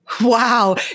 wow